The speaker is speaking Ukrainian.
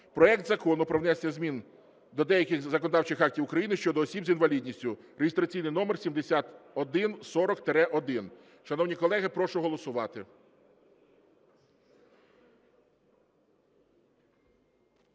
проект Закону про внесення змін до деяких законодавчих актів України щодо осіб з інвалідністю (реєстраційний номер 7140-1). Шановні колеги, прошу голосувати.